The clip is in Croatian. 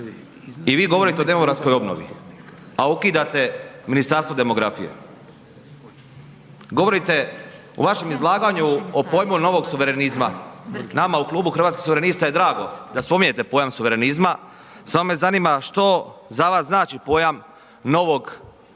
I vi govorite o demografskoj obnovi, a ukidate Ministarstvo demografije. Govorite u vašem izlaganju o pojmu novog suverenizma, nama u klubu Hrvatskih suverenista je drago da spominjete pojam suverenizma, samo me zanima što za vas znači pojam novog, ja